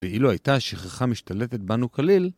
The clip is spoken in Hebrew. ואילו הייתה שכחה משתלטת בנו כליל